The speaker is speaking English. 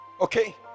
Okay